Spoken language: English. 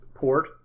port